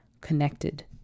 connected